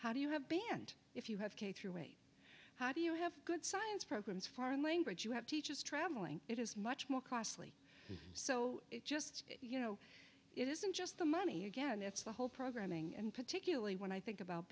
how do you have band if you have k through eight how do you have good science programs foreign language you have teachers travelling it is much more costly so it's just you know it isn't just the money again it's the whole programming and particularly when i think about